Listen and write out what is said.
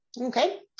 Okay